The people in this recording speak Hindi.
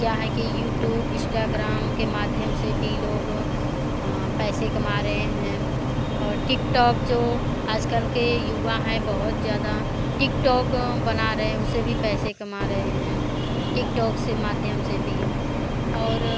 क्या है कि यूट्यूब इस्टाग्राम के माध्यम से भी लोग पैसे कमा रहे हैं और टिकटोक जो आज कल के युवा हैं बहुत ज़्यादा टिकटोक बना रहें उससे भी पैसे कमा रहें हैं टिकटोक से माध्यम से भी और